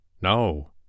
No